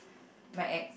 my ex